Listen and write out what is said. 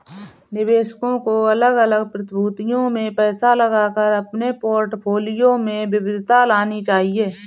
निवेशकों को अलग अलग प्रतिभूतियों में पैसा लगाकर अपने पोर्टफोलियो में विविधता लानी चाहिए